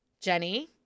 Jenny